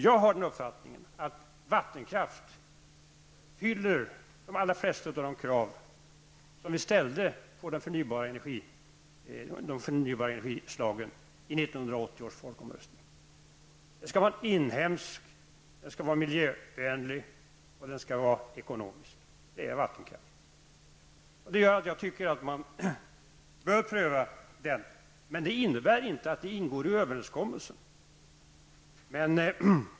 Jag har den uppfattningen att vattenkraften fyller de allra flesta av de krav som vi ställde på de förnybara energislagen i 1980 års folkomröstning. Den skall vara inhemsk, den skall vara miljövänlig och den skall vara ekonomisk. Det är vattenkraften. Det gör att jag tycker att vi bör pröva den. Men det innebär inte att detta ingår i överenskommelsen.